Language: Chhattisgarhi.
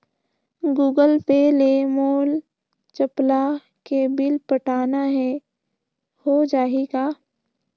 गूगल पे ले मोल चपला के बिल पटाना हे, हो जाही का?